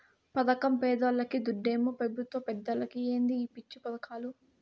పదకం పేదోల్లకి, దుడ్డేమో పెబుత్వ పెద్దలకి ఏందో ఈ పిచ్చి పదకాలు